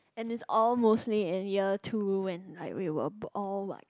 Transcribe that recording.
and it's all mostly in year two when like we were all what